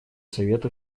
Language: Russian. совета